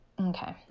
okay